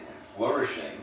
flourishing